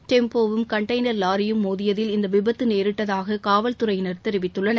டெம்போவும் container லாரியும் மோதியதில் இந்த விபத்து நேரிட்டதாக காவல்துறையினா் தெரிவித்துள்ளனர்